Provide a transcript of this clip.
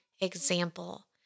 example